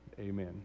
amen